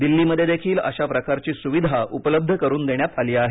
दिल्लीमधेदेखील अशा प्रकारची सुविधा उपलब्ध करून देण्यात आली आहे